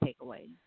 takeaway